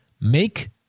make